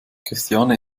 christiane